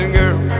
girl